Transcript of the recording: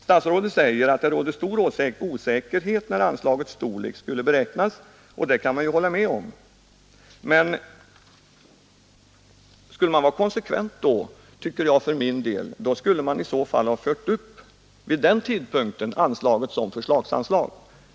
Statsrådet säger att det rådde stor osäkerhet när anslagets storlek skulle beräknas, och det kan man hålla med om. För konsekvensens skull tycker jag emellertid att man vid denna tidpunkt skulle ha fört upp anslaget som ett förslagsanslag.